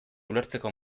ulertzeko